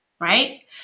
right